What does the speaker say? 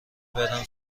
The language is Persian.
برم